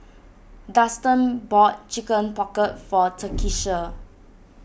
Dustan bought Chicken Pocket for Takisha